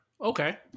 Okay